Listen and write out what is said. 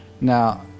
now